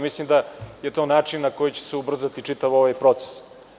Mislim da je to način na koji će se ubrzati čitav ovaj proces.